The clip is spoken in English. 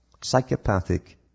Psychopathic